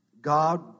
God